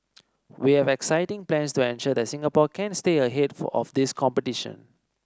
we have exciting plans to ensure that Singapore can stay ahead of this competition